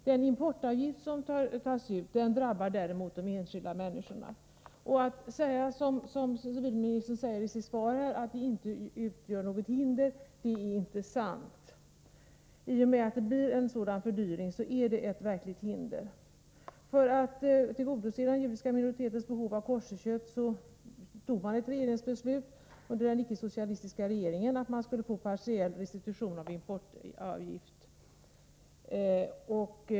Den importavgift som tas ut drabbar däremot de enskilda människorna. Att avgiften inte utgör något hinder för religionsutövningen, som civilministern säger i sitt svar, är inte sant. I och med att det blir en sådan fördyring blir det ett verkligt hinder. För att kunna tillgodose den judiska minoritetens behov av koscherkött beslöt den icke-socialistiska regeringen att man skulle få rätt till partiell restitution av importavgiften.